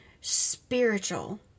spiritual